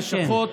לשכות,